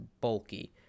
bulky